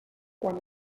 quan